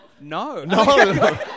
no